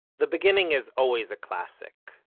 the beginning is always a classic,